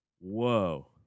Whoa